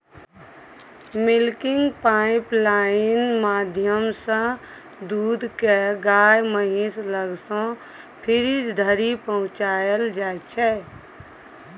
milking pipeline माध्यमसँ दुध केँ गाए महीस लग सँ फ्रीज धरि पहुँचाएल जाइ छै